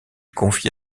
confie